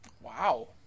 Wow